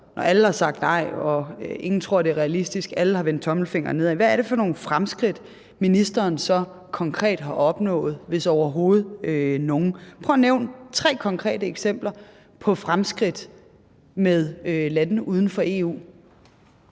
når alle har sagt nej og ingen tror, det er realistisk, og alle har vendt tommelfingeren nedad, hvad er det så for nogen fremskridt, ministeren konkret har opnået, hvis overhovedet nogen? Prøv at nævne tre konkrete eksempler på fremskridt med lande uden for EU.